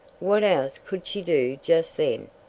what else could she do just then?